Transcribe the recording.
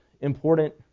important